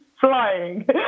flying